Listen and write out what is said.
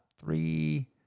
three